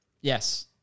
yes